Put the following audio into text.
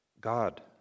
God